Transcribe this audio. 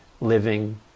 living